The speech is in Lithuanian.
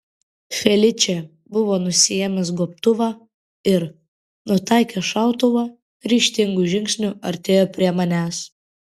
feličė buvo nusiėmęs gobtuvą ir nutaikęs šautuvą ryžtingu žingsniu artėjo prie manęs